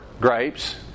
grapes